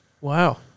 Wow